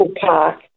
park